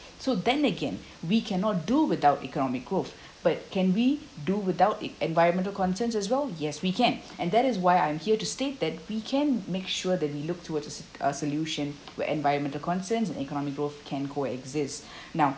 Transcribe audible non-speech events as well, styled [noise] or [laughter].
so then again we cannot do without economic growth but can we do without it environmental concerns as well yes we can and that is why I am here to state that we can make sure that we look toward a s~ solution where environmental concerns and economic growth can co-exist [breath] now